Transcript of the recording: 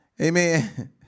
Amen